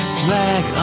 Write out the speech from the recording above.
flag